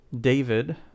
David